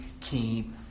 keep